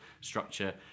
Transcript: structure